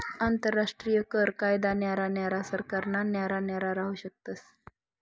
आंतरराष्ट्रीय कर कायदा न्यारा न्यारा सरकारना न्यारा न्यारा राहू शकस